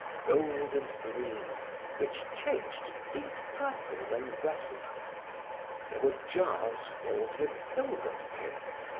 gold and green which change to deep purple when wetted there were jars filled with filbert paste,